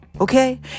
okay